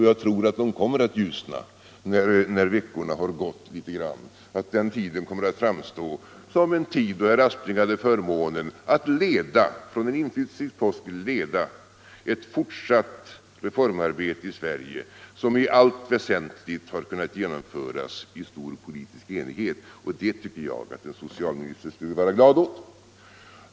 Jag tror att de kommer att ljusna när några veckor har gått. Då kommer den tiden att framstå som en tid då herr Aspling hade förmånen att från en inflytelserik post ieda ett fortsatt reformarbete I Sverige som i allt väsentligt kunnat genomföras i stor politisk enighet. Det tycker jag att en socialminister skulle vara glad åt.